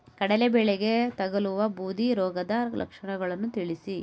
ಕಡಲೆ ಬೆಳೆಗೆ ತಗಲುವ ಬೂದಿ ರೋಗದ ಲಕ್ಷಣಗಳನ್ನು ತಿಳಿಸಿ?